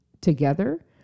together